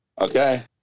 Okay